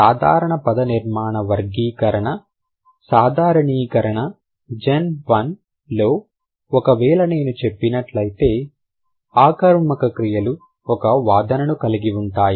మొదటి పదనిర్మాణ వర్గీకరణ సాధారణీకరణ జెన్ వన్ లో ఒకవేళ నేను చెప్పినట్లయితే ఆకర్మక క్రియలు ఒక వాదనను కలిగి ఉంటాయి